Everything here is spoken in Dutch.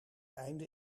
einde